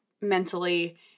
mentally